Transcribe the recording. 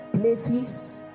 places